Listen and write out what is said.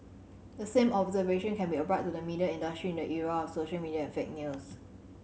the same observation can be applied to the media industry in the era of social media and fake news